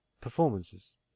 performances